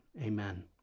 Amen